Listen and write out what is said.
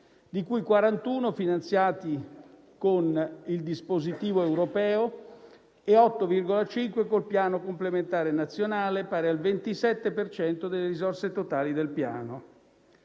di cui 41 finanziati con il dispositivo europeo e 8,5 con il Piano complementare nazionale, pari al 27 per cento delle risorse totali del Piano.